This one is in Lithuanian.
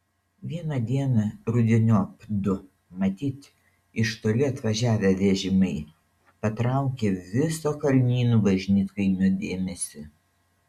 vieną dieną rudeniop du matyt iš toli atvažiavę vežimai patraukė viso kalnynų bažnytkaimio dėmesį